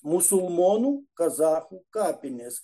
musulmonų kazachų kapinės